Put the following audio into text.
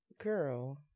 girl